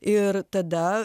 ir tada